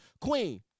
queen